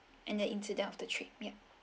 and the incident of the trip yup